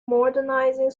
modernizing